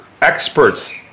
experts